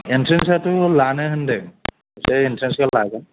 इनट्रेनसआथ' लानो होन्दों जे इनट्रेनसखौ लागोन औ